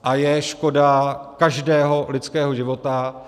A je škoda každého lidského života.